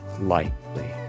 lightly